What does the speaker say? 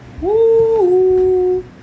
Woo